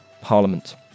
Parliament